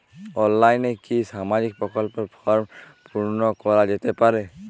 অনলাইনে কি সামাজিক প্রকল্পর ফর্ম পূর্ন করা যেতে পারে?